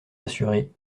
assuré